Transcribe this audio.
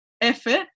effort